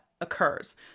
occurs